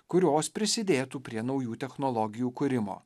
kurios prisidėtų prie naujų technologijų kūrimo